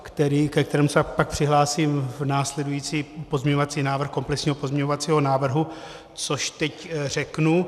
ke kterému se pak přihlásím v následujícím pozměňovací návrh komplexního pozměňovacího návrhu, což teď řeknu.